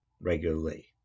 regularly